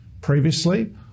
previously